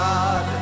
God